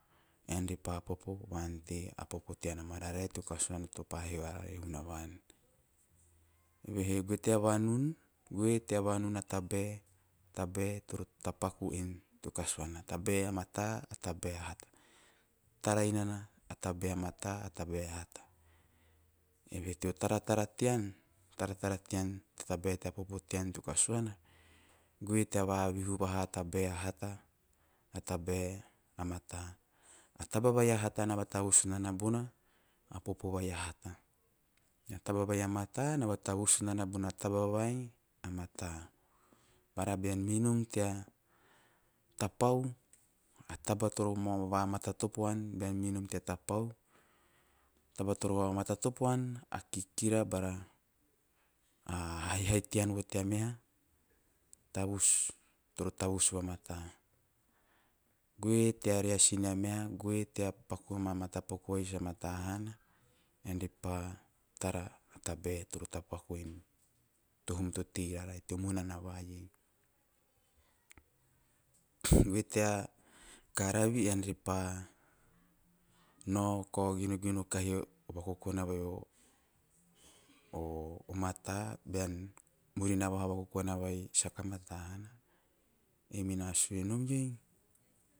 Ean re pa popo va`ante a popo tean a mararae teo kasuana topa he va rara e hunavan. Evehe goe tea vanun, goe ta vanun a tabae toro tapaku en teo kasuana, a tabae a mate a tabae a hata. Taramana tabae a mata a tabae a hata. Taramana tabae a mata, tabae a hata. Evehe teo taratara tean tea tabae tea popo tean teo kasuana goe tea vavihu voha a tabere a hata, ae a tabae a mata. A taba vai a hata na vatavus nana bona popo vai a hata, a taba vai a mata na vatavus nana bona taba vai a mata. Bava bean mei nom tea tapa a taba toro vamatatopo an bean mei nom tea to pau, a taba toro vamatatopo an a kikira bara a haihai vo tea meha toro tavus vamata. Goe tea reasi nea meha goe tea paku ama matapaka vai sa mata hana ean pa tara a tabae toro tapaku tea hum to tei rarai, teo munana va iei. Goe tea karavi ean re pa nao kao geve - geve kahi o vakokona soka mata hana ei mena sue nomiei